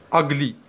ugly